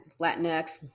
Latinx